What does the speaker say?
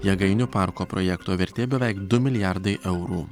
jėgainių parko projekto vertė beveik du milijardai eurų